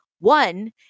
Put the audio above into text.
One